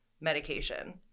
medication